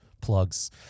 Plugs